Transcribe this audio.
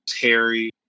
Harry